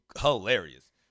hilarious